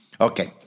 Okay